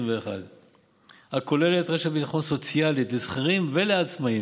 הכוללת רשת ביטחון סוציאלית לשכירים ולעצמאים.